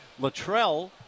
Latrell